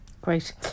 Great